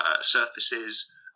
surfaces